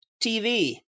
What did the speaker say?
TV